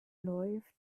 läuft